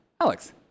Alex